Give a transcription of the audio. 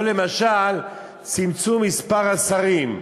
או למשל צמצום מספר השרים,